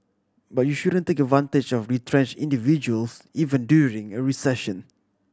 but you shouldn't take advantage of retrench individuals even during a recession